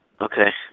Okay